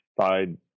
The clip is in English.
Side